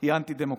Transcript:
היא אנטי-דמוקרטית.